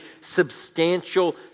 substantial